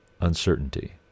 uncertainty